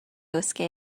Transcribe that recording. escape